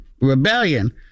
Rebellion